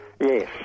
Yes